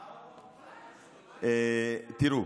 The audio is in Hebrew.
תראה,